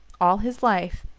all his life,